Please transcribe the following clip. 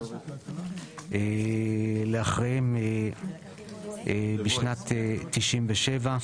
לאחריהם בשנת 97'